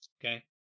Okay